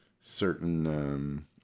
certain